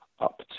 up